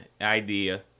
Idea